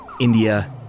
India